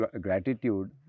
gratitude